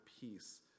peace